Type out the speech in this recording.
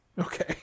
Okay